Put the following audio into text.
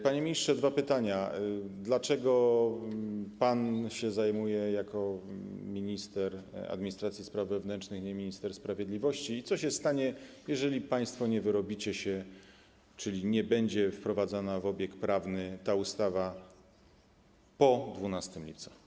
Panie ministrze dwa pytania: Dlaczego pan się tym zajmuje jako minister administracji i spraw wewnętrznych, a nie minister sprawiedliwości i co się stanie, jeżeli państwo nie wyrobicie się, czyli nie będzie wprowadzona w obieg prawny ta ustawa po 12 lipca?